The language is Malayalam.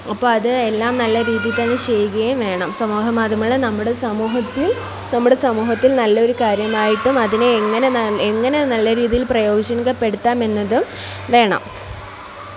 അപ്പോൾ അത് എല്ലാം നല്ല രീതിയിൽ തന്നെ ചെയ്യുകയും വേണം സമൂഹ മാധ്യമങ്ങൾ നമ്മുടെ സമൂഹത്തിൽ നമ്മുടെ സമൂഹത്തിൽ നല്ല ഒരു കാര്യമായിട്ടും അതിനെ എങ്ങനെ നലാ എങ്ങനെ നല്ല രീതിയിൽ പ്രയോജനപ്പെടുത്താം എന്നതും വേണം